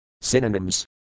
Synonyms